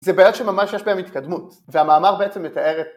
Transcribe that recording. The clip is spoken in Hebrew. זה ביד שממש יש בהם התקדמות והמאמר בעצם מתאר את...